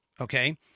okay